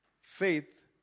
faith